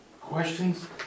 Questions